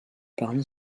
parmi